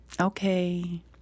okay